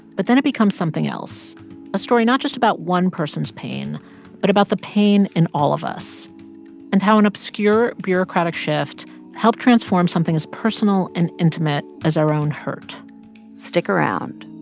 but then it becomes something else a story not just about one person's pain but about the pain in all of us and how an obscure bureaucratic shift helped transform something as personal and intimate as our own hurt stick around